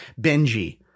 Benji